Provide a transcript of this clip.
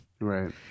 Right